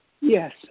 Yes